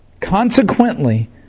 Consequently